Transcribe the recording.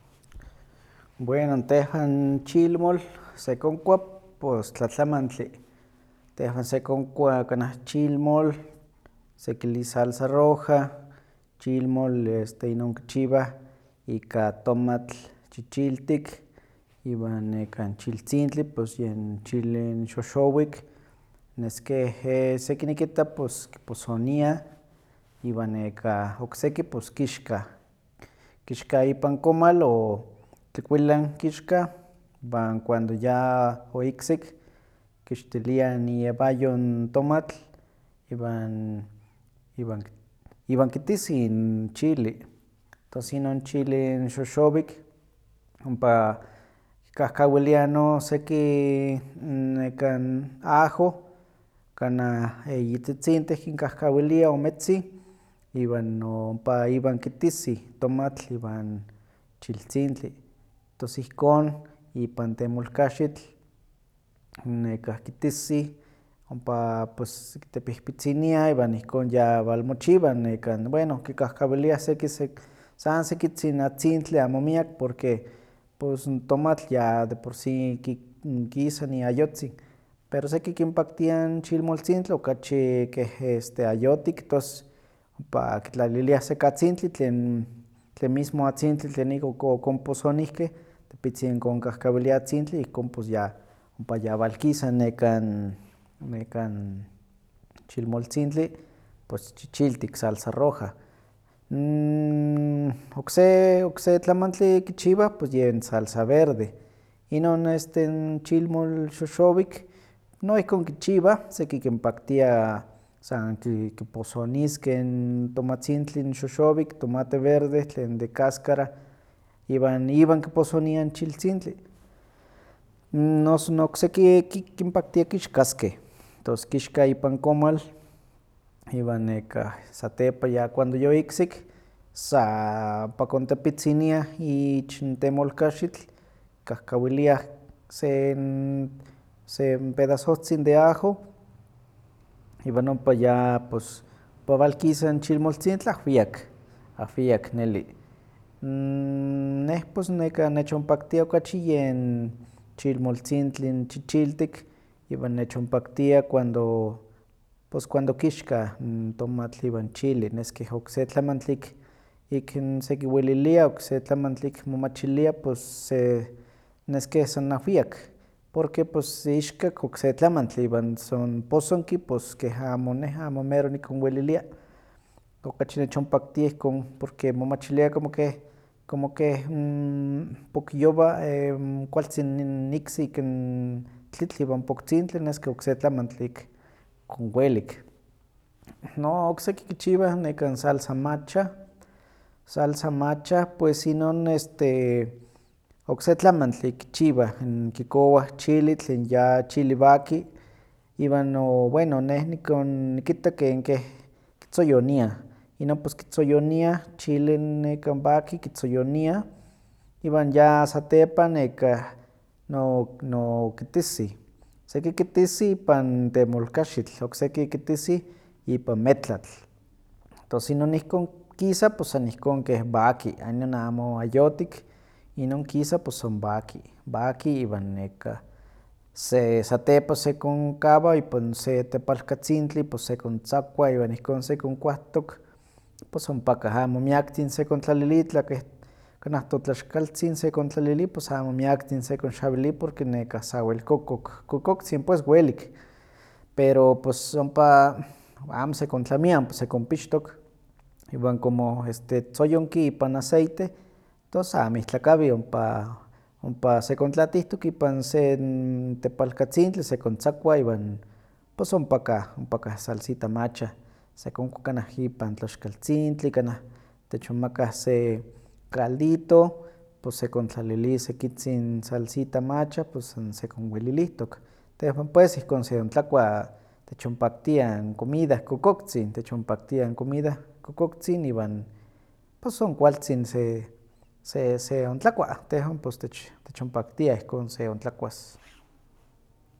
Bueno n tehwan chilmol sekonkua pus tlatlamantli, tehwan sekonkua kanah chilmol sekili salsa roja, chilmol este inon kichiwah ika tomatl chichiltik iwan nekan chiltzrtintli pus yen chile xoxowik, nes keh seki nikita pus kiposoniah, iwan okseki pus kixkah, kixkah ipan komal o tlikuilan kixkah, iwan cuando ya oiksik, kikixtiliah iewayo ntomatl iwan ki- iwankitisih n chili, tos inon chili xoxowik kikahkawiliah seki nekah n ajo, kanah eyitzitzintih kinkahkawiliah o ometzin iwan no ompa iwan kitisih tomatl iwan chiltzintli, tos ihkon ipan temolkaxitl kitisih, oma pus kitepihpitziniah iwan ihkon ya walmochiwa, bueno kihahkawiliah san sekitzin atzintli amo miak porque pus n tomatl ya de por sí kisa iayotzin, pero seki kinpakti chilmoltzintli okachi keh este ayotik tos ompa kitlalilia seki atzintli tlen mismo atzintli tlen ik okonposonihkeh tepitzin konkahkawiliah atzintli ihkon pus ya ompa ya walkisa nekan nekan chilmoltzintli pus chichiltik, salsa roja. N okse okse tlamantli kichiwah pues yen salsa verde, inon chilmol xoxowik, noihkon kichiwah, seki kinpaktia san ki- kiposoniskeh n tomatzintli xoxowik, tomate verde tlen de cáscara, iwan iwan kiposoniah n chiltzintli. Noso okseki kinpaktia kixkaskeh, tos kixkah ipan komal iwan nekah satepan ya cuando yoiksik sa ompa kontepitziniah ich temolkaxitl, kikahkawiliah sen sen pedasohtzin de ajo iwan ompa ya pus ya walkisa n chilmoltzintli ahwiak, ahwiak neli. N neh pus nekah nechonpaktia yen chilmoltzintli chichiltik, iwan nechonpaktia cuando pos cuando kixkah n tomatl iwan chili, nes keh okse tlamantli ik sekiweilia, okse tlamantli ik sekimachilia pues se, neskeh san ahwiak porque pues ixkak okse tlamantli, iwan son posoni pos keh amo neh amo mero nikonwelilia, okachi nechonpaktia ihkon porque momachilia como keh como keh pokyowa kualtzin iksi ikan n tlitl iwan poktzintli nes keh okse tlamantli ik ihkon welik. No okseki kichiwah nekan salsa macha, salsa macha pues inon este okse tlamantli kichiwah, kikowah chili tlen ya chili waki, iwan no, bueno neh nikon- nikita ken- keh kitzoyoniah, inon pues kitzoyoniah chile nekan waki kitzoyoniah, iwan ya satepan nekah no- no- kitisih, seki kitisih ipan temolkaxitl, okseki kitisih ipan metlatl, tos inon ihkon kisa pues san ihkon keh waki, inon amo ayotik, inon kisa pues san keh waki, waki iwan se satepan sekonkawa ipan se tepalkatzintli sekontzakua iwan neka ihkon sekonkuahtok pos ompakah amo miaktzin sekontlalili kanah totlaxkaltzin sekontlalili pos amo miaktzin sekonxawili sawel kokok, kokoktzin pues welik, pero pus ompa amo sekontlamia, ompa seknpixtok iwan como este tzoyonki ipan aceite tos amo ihtlakawi, ompa ompa sekontlatihtok ipan se tepalkatzintli sekontzakua iwan pos ompaka ompakah salsita macha, sekonkua kanah ipan tlaxkaltzintli, kanah techonmakah se caldito, pos sekntlalili sekitzin salsita macha, san sekonwelilihtok, tehwan pues ihkon se ontlakua techonpaktia comida kokoktzin, techonpaktia comida kokoktzin iwan pus son kualtzin se se seontlakua, tehwan techonpaktia ihkon seontlakuas.